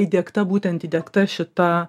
įdiegta būtent įdiegta šita